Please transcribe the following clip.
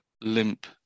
limp